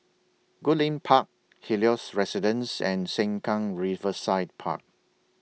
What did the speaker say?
Goodlink Park Helios Residences and Sengkang Riverside Park